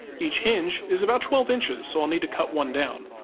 each hinge is about twelve inches, so i'll need to cut one down.